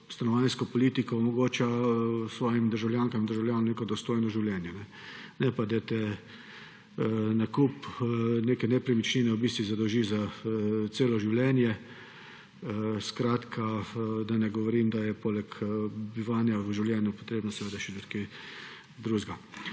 stanovanjsko politiko omogočila svojim državljankam in državljanom neko dostojno življenje. Ne pa da te nakup neke nepremičnine zadolži za celo življenje. Da ne govorim, da je poleg bivanja v življenju potrebno seveda še tudi kaj drugega.